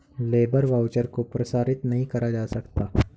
labour voucher को प्रसारित नहीं करा जा सकता